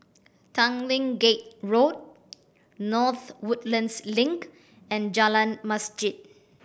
Tanglin Gate Road North Woodlands Link and Jalan Masjid